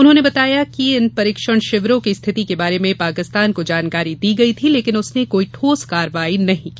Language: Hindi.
उन्होंने बताया कि इन प्रशिक्षण शिविरों की स्थिति के बारे में पाकिस्तान को जानकारी दी गई थी लेकिन उसने कोई ठोस कार्रवाई नहीं की